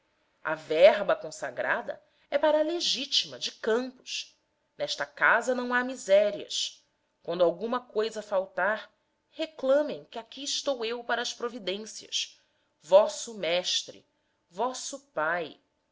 a verba consagrada é para a legitima de campos nesta casa não há misérias quando alguma coisa faltar reclamem que aqui estou eu para as providências vosso mestre vosso pai